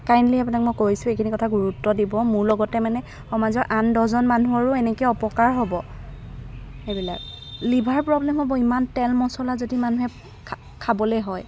kindly আপোনাক মই কৈছোঁ এইখিনি কথা গুৰুত্ব দিব মোৰ লগতে মানে সমাজৰ আন দহজন মানুহৰো এনেকৈ অপকাৰ হ'ব এইবিলাক লিভাৰ প্ৰব্লেম হ'ব ইমান তেল মছলা যদি মানুহে খাবলৈ হয়